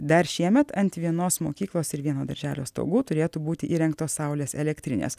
dar šiemet ant vienos mokyklos ir vieno darželio stogų turėtų būti įrengtos saulės elektrinės